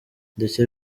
ndetse